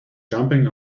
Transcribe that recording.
jumping